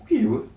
okay apa